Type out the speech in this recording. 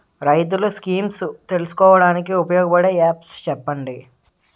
రైతులు స్కీమ్స్ తెలుసుకోవడానికి ఉపయోగపడే యాప్స్ చెప్పండి?